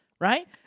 right